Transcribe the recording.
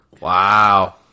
Wow